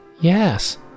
yes